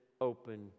open